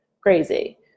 crazy